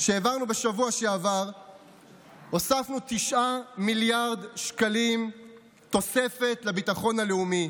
שהעברנו בשבוע שעבר הוספנו 9 מיליארד שקלים תוספת לביטחון הלאומי,